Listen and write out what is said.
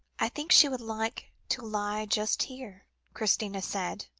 i think she would like to lie just here, christina said,